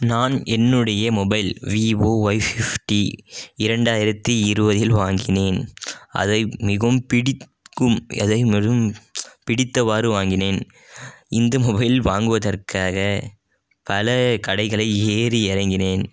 நான் என்னுடைய mobile Vivo Y fifty ரெண்டாயிரத்து இருபதில் வாங்கினேன் அதை மிகவும் பிடிக்கும் அதை மிகவும் பிடித்தவாறு வாங்கினேன் இந்த மொபைல் வாங்குவதற்காக பல கடைகளை ஏறி இறங்கினேன்